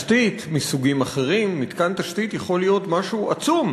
מתקן תשתית מסוגים אחרים מתקן תשתית יכול להיות משהו עצום,